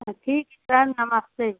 हाँ ठीक है सर नमस्ते